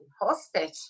hostage